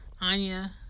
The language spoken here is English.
Anya